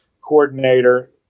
coordinator